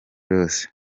ross